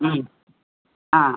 ம் ஆ